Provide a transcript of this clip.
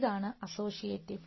ഇതാണ് അസോഷ്യേറ്റിവ്